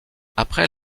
après